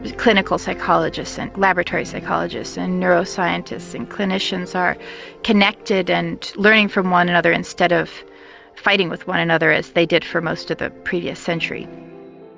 clinical psychologists and laboratory psychologists and neuroscientists and clinicians are connected and learning from one another instead of fighting with one another as they did for most of the previous century.